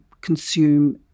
consume